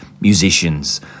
musicians